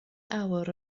awr